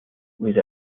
with